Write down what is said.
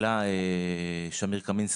שמיר קמינסקי,